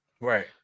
Right